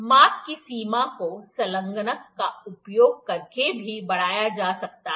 माप की सीमा को संलग्नक का उपयोग करके भी बढ़ाया जा सकता है